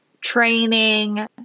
training